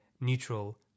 neutral